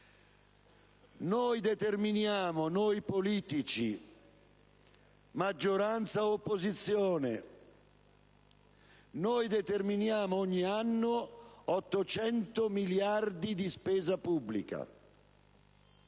stiamo parlando. Noi politici, maggioranza e opposizione, determiniamo ogni anno 800 miliardi di spesa pubblica.